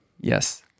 Yes